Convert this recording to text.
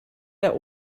der